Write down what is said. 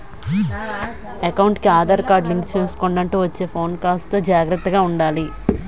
ఎకౌంటుకి Aadhaar card link చేసుకొండంటూ వచ్చే ఫోను కాల్స్ తో జాగర్తగా ఉండాలి